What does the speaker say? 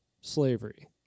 slavery